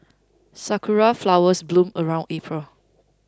sakura flowers bloom around April